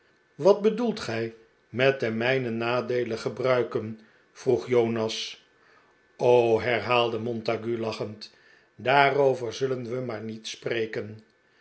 wat bedoelt gij met ten mijnen nadeele gebruiken vroeg jonas herhaalde montague lachend daarover zullen we maar niet spreken